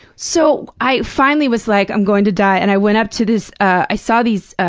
so, i finally was like, i'm going to die, and i went up to this i saw these